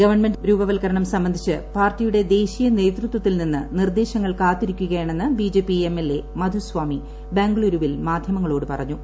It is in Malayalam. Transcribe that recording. ഗവൺമെന്റ് രൂപവൽക്കരണം സംബന്ധിച്ച് പാർട്ടിയുടെ ദേശീയ നേതൃത്വത്തിൽ നിന്ന് നിർദ്ദേശങ്ങൾ കാത്തിരിക്കുകയാണെന്ന് B J P M L A Madhuswamy ബംഗളുരൂവിൽ മാധ്യമങ്ങളോട് പറഞ്ഞു